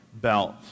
Belt